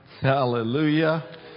Hallelujah